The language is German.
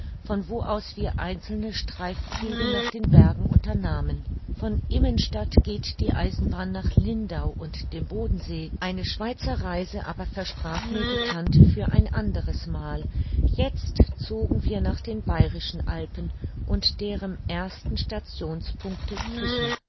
von wo aus wir einzelne streifzüge nach den bergen unternahmen von immenstadt geht die eisenbahn nach lindau und dem bodensee eine schweizerreise aber versprach mir die tante für ein anderes mal jetzt zogen wir nach den bayrischen alpen und deren erstem stationspunkte füßen